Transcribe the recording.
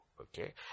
Okay